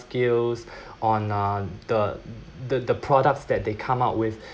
skills on uh the the the products that they come up with